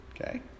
Okay